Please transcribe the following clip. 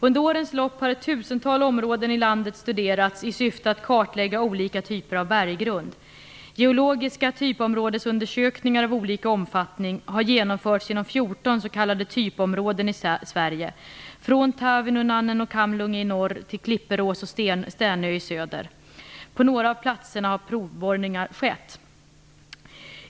Under årens lopp har ett tusental områden i landet studerats i syfte att kartlägga olika typer av berggrund. Geologiska typområdesundersökningar av olika omfattning har genomförts inom 14 s.k. Kamlunge i norr till Klipperås och Sternö i söder. På några av platserna har provborrningar skett.